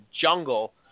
jungle